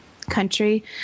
country